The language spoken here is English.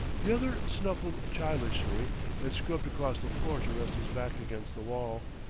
the other snuffled childishly and scrubbed across the floor to rest his back against the wall.